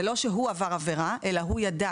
זה לא שהוא עבר עבירה אלא הוא ידע